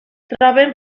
troben